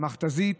מכת"זית